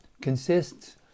consists